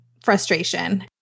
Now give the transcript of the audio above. frustration